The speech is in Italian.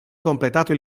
completato